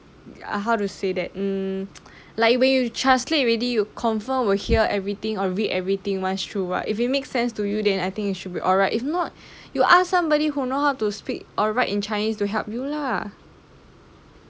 ya how to say that hmm like when you translate already you confirm will hear everything or read everything once through [what] if it makes sense to you then I think it should be alright if not you ask somebody who know how to speak or write in chinese to help you lah